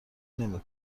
نمی